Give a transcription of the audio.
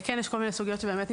כן יש כל מיני סוגיות שנדרשות.